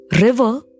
river